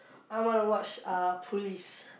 I want to watch uh Police